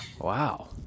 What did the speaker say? Wow